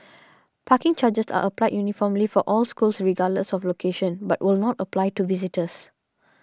parking charges are applied uniformly for all schools regardless of location but will not apply to visitors